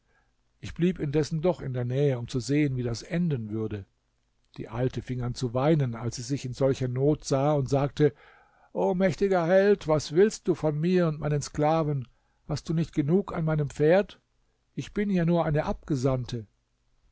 ich blieb indessen doch in der nähe um zu sehen wie das enden würde die alte fing an zu weinen als sie sich in solcher not sah und sagte o mächtiger held was willst du von mir und meinen sklaven hast du nicht genug an meinem pferd ich bin ja nur eine abgesandte